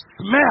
smell